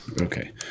Okay